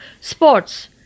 sports